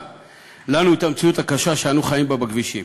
לנו את המציאות הקשה שאנו חיים בה בכבישים.